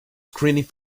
screening